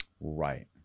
Right